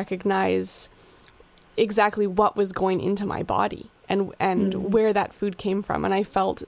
recognize exactly what was going into my body and and where that food came from and i felt